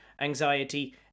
anxiety